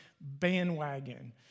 bandwagon